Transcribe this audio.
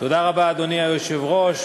אדוני היושב-ראש,